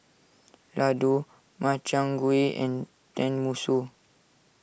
Ladoo Makchang Gui and Tenmusu